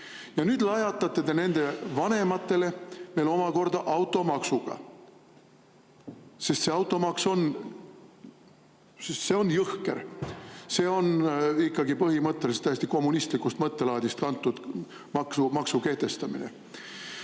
Nüüd lajatate te nende vanematele veel omakorda automaksuga. See automaks on jõhker. See on põhimõtteliselt täiesti kommunistlikust mõttelaadist [tulenev] maksu kehtestamine. Minu